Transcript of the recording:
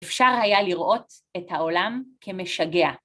‫אפשר היה לראות את העולם כמשגע.